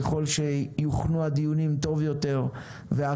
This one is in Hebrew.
ככל שיוכנו הדיונים טוב יותר ויוכנו טוב